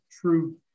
true